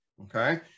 Okay